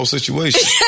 Situation